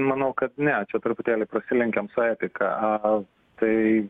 manau kad ne čia truputėlį prasilenkiam su etika tai